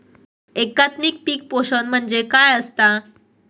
एकात्मिक पीक पोषण म्हणजे काय असतां?